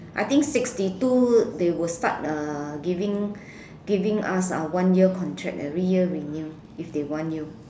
I think sixty two they will start uh giving giving us one year contract every year renew if they want you